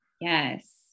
Yes